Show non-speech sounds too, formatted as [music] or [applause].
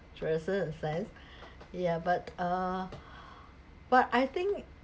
dresses in a sense yeah but uh [breath] but I think